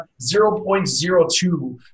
0.02